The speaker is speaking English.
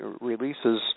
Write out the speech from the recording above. releases